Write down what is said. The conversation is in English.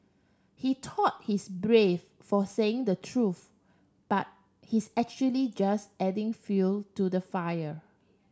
he thought he's brave for saying the truth but he's actually just adding fuel to the fire